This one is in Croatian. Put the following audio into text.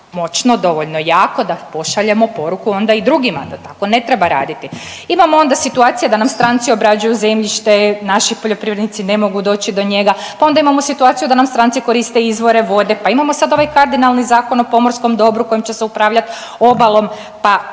moćno, dovoljno jako da pošaljemo poruku onda i drugima da tako ne treba raditi. Imamo onda situacije da nam stranci obrađuju zemljište, naši poljoprivrednici ne mogu doći do njega, pa onda imamo situaciju da nam stranci koriste izvore vode, pa imamo sad ovaj kardinalni Zakon o pomorskom dobru kojim će se upravljat obalom. Pa